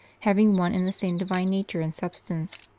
having one and the same divine nature and substance.